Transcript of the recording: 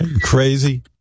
Crazy